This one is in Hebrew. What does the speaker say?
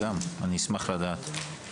אשמח לדעת.